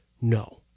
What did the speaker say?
no